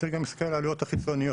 צריך גם להסתכל על העלויות החיצוניות.